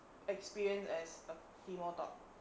experienced as a teemo top